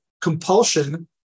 compulsion